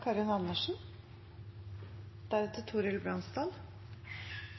Karin Andersen